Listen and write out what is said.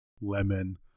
lemon